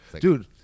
Dude